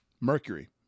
Mercury